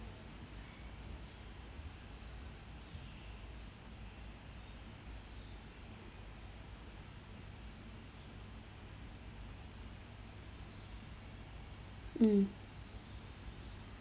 mm